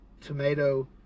tomato